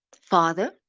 father